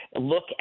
look